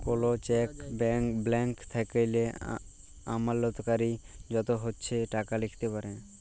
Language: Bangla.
কল চ্যাক ব্ল্যান্ক থ্যাইকলে আমালতকারী যত ইছে টাকা লিখতে পারে